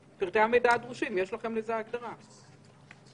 יש לכם הגדרה לפרטי המידע הדרושים.